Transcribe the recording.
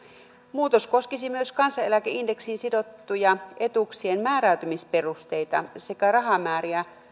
muutos koskisi myös kansaneläkeindeksiin sidottuja etuuksien määräytymisperusteita sekä rahamääriä